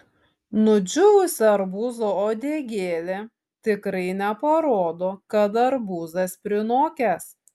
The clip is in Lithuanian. nudžiūvusi arbūzo uodegėlė tikrai neparodo kad arbūzas prinokęs